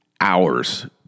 hours